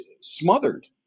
smothered